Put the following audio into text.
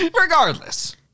regardless